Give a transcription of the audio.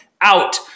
out